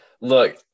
look